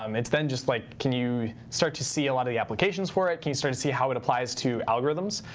um it's then just like can can you start to see a lot of the applications for it? can you start to see how it applies to algorithms?